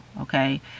Okay